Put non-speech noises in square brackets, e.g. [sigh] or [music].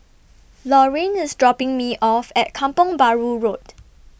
[noise] Laurine IS dropping Me off At Kampong Bahru Road